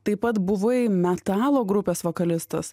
taip pat buvai metalo grupės vokalistas